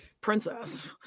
Princess